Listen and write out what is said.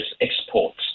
exports